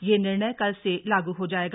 यह निर्णय कल से लागू हो जाएगा